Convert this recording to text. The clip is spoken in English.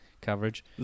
coverage